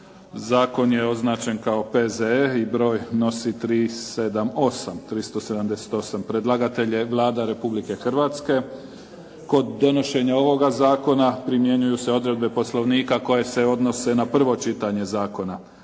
prvo čitanje, P.Z.E. br. 378 Predlagatelj je Vlada Republike Hrvatske. Kod donošenja ovoga zakona primjenjuju se odredbe Poslovnika koje se odnose na prvo čitanje zakona.